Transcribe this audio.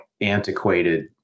antiquated